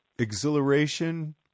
Exhilaration